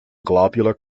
globular